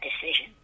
decision